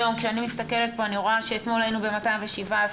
כשאני מסתכלת פה אני רואה שאתמול היינו ב-217,